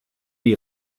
die